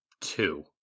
two